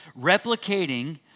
replicating